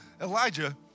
Elijah